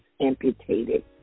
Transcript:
amputated